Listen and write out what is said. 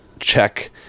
check